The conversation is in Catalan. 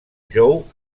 jou